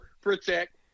protect